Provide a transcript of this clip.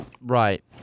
Right